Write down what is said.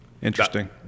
Interesting